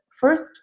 First